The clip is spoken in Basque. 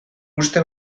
uste